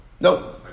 No